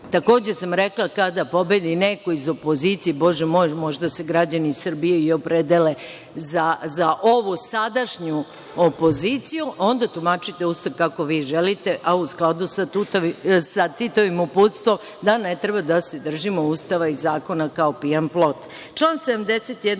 Takođe sam rekla da kada pobedi neko iz opozicije, bože moj, možda se građani Srbije i opredele za ovu sadašnju opoziciju, onda tumačite Ustav kako vi želite, a u skladu sa Titovim uputstvom da ne treba da se držimo Ustava i zakona kao pijan plota. Član